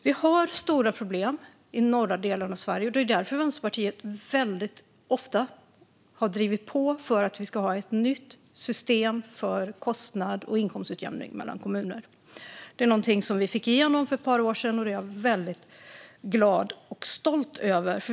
Vi har stora problem i de norra delarna av Sverige, och det är därför Vänsterpartiet har drivit på för ett nytt system för kostnads och inkomstutjämning mellan kommuner. Det är någonting vi fick igenom för ett par år sedan, och det är jag väldigt glad och stolt över.